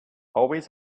always